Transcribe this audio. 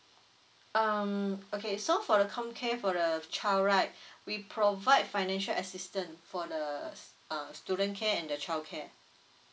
um okay so for the COMCARE for the child right we provide financial assistance for the uh student care and the childcare